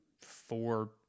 four